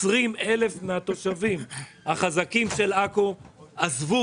20 אלף מהתושבים החזקים של עכו עזבו